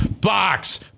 box